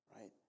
right